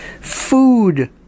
food